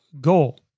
goal